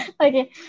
Okay